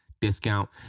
discount